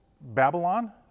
Babylon